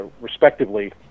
respectively